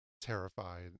terrified